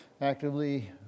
actively